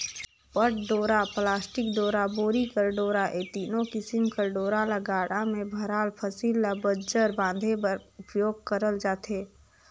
पट डोरा, पलास्टिक डोरा, बोरी कर डोरा ए तीनो किसिम कर डोरा ल गाड़ा मे भराल फसिल ल बंजर बांधे बर उपियोग करल जाथे